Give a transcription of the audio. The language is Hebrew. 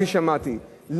כפי ששמעתי,